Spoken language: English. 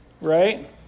right